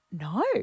No